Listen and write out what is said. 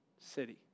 city